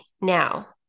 now